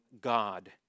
god